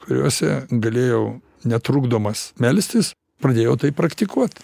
kuriuose galėjau netrukdomas melstis pradėjau tai praktikuot